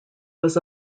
was